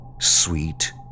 Sweet